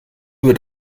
wird